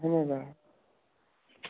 اَہَن حظ آ